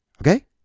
Okay